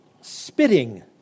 spitting